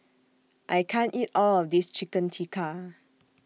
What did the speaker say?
I can't eat All of This Chicken Tikka